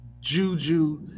juju